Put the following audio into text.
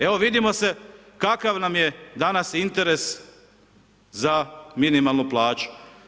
Evo vidimo se kakav nam je danas interes za minimalnu plaću.